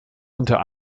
unter